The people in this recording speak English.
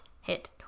hit